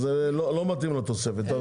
לא מתאים לתוספת.